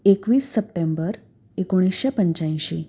एकवीस सप्टेंबर एकोणीसशे पंच्याऐंशी